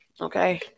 Okay